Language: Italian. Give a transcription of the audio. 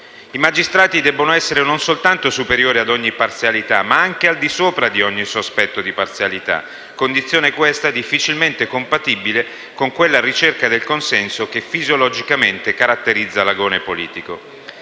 I magistrati debbono essere non soltanto superiori ad ogni parzialità, ma anche al di sopra di ogni sospetto di parzialità; condizione, questa, difficilmente compatibile con quella ricerca del consenso che fisiologicamente caratterizza l'agone politico.